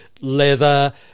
leather